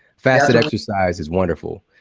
fasted exercise is wonderful.